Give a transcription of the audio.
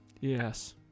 Yes